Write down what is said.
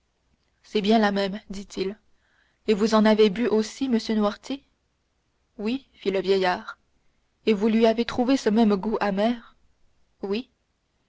c'est bien la même dit-il et vous en avez bu aussi monsieur noirtier oui fit le vieillard et vous lui avez trouvé ce même goût amer oui